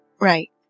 Right